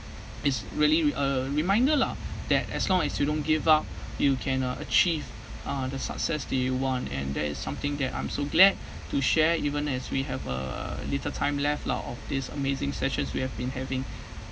is really re~ a reminder lah that as long as you don't give up you can uh achieve uh the success do you want and that is something that I'm so glad to share even as we have a little time left lah of this amazing sessions we have been having